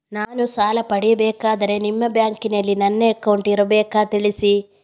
ನಾನು ಸಾಲ ಪಡೆಯಬೇಕಾದರೆ ನಿಮ್ಮ ಬ್ಯಾಂಕಿನಲ್ಲಿ ನನ್ನ ಅಕೌಂಟ್ ಇರಬೇಕಾ ತಿಳಿಸಿ?